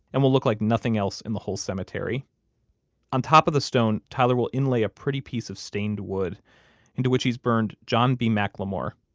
and will look like nothing else in the whole cemetery on top of the stone, tyler will inlay a pretty piece of stained wood into which he's burned john b. mclemore,